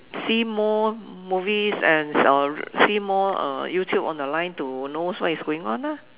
see more movies and uh see more uh YouTube on the line to know what is going on lah